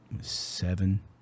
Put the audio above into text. seven